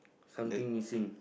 something missing